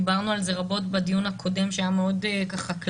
דיברנו על זה רבות בדיון הקודם שהיה מאוד כללי,